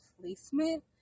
placement